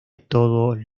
todos